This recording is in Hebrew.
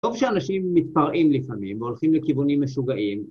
טוב שאנשים מתפרעים לפעמים, הולכים לכיוונים משוגעים.